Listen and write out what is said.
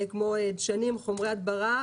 כמו למשל דשנים וחומרי הדברה,